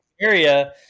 area